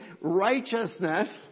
righteousness